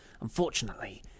Unfortunately